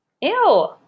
Ew